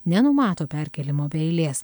nenumato perkėlimo be eilės